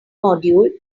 module